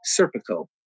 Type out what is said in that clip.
Serpico